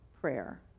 Prayer